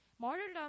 Martyrdom